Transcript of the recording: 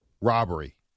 robbery